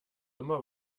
immer